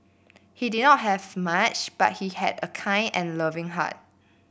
he did not have much but he had a kind and loving heart